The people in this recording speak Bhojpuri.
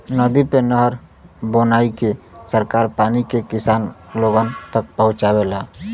नदी पे नहर बनाईके सरकार पानी के किसान लोगन तक पहुंचावेला